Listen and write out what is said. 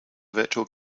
virtual